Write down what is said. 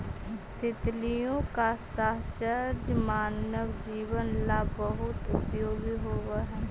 तितलियों का साहचर्य मानव जीवन ला बहुत उपयोगी होवअ हई